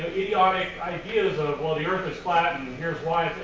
idiotic ideas of well the earth is flat and here's why